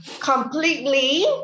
completely